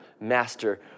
Master